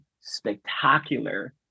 spectacular